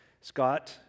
Scott